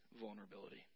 vulnerability